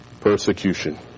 Persecution